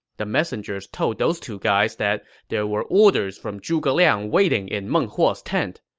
the messenger told those two guys that there were orders from zhuge liang waiting in meng huo's tent.